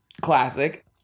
classic